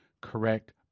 correct